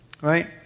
right